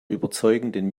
überzeugenden